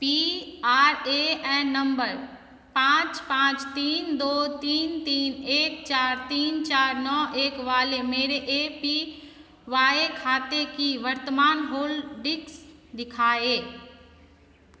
P R A N number पाँच पाँच तीन दो तीन तीन एक चार तीन चार नौ एक वाले मेरे ए पी वाए खाते की वर्तमान होल्डिंग्ज़ दिखाएँ